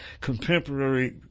contemporary